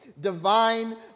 divine